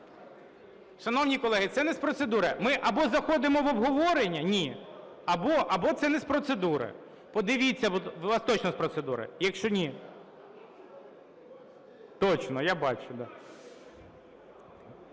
Шановні колеги, це не з процедури. Ми або заходимо в обговорення, ні, або це не з процедури. Подивіться... У вас точно з процедури чи ні? Точно, я бачу,